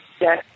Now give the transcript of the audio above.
Yes